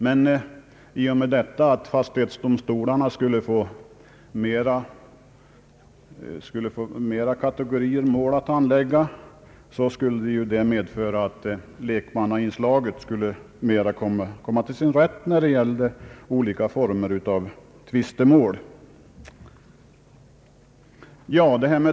Men i och med att fastighetsdomstolarna skulle få flera kategorier mål att handlägga, skulle lekmannainslaget komma mera till sin rätt i olika former av tvistemål.